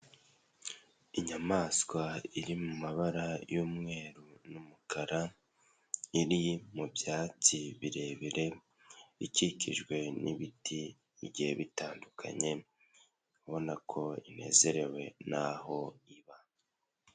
Inyamaswa iri mu mabara y'umweru n'umukara, iri mu byatsi birebire, ikikijwe n'ibiti bigiye bitandukanye ubona ko inezerewe n'aho iba.